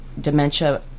dementia